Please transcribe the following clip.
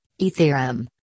ethereum